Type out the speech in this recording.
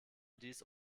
dies